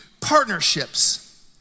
partnerships